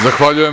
Zahvaljujem.